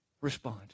respond